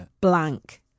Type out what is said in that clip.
blank